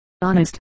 honest